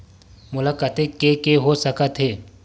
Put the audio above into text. मोला कतेक के के हो सकत हे?